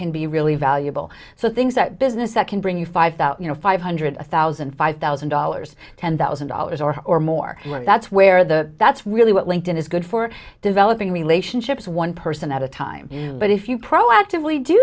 can be really valuable so things that business that can bring you five thousand five hundred thousand five thousand dollars ten thousand dollars or more where that's where the that's really what linked in is good for developing relationships one person at a time but if you proactively do